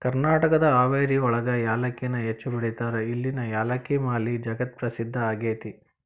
ಕರ್ನಾಟಕದ ಹಾವೇರಿಯೊಳಗ ಯಾಲಕ್ಕಿನ ಹೆಚ್ಚ್ ಬೆಳೇತಾರ, ಇಲ್ಲಿನ ಯಾಲಕ್ಕಿ ಮಾಲಿ ಜಗತ್ಪ್ರಸಿದ್ಧ ಆಗೇತಿ